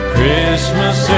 Christmas